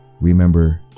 remember